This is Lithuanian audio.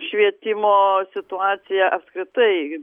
švietimo situacija apskritai